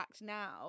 now